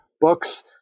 books